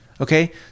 Okay